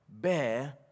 bear